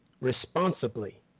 Responsibly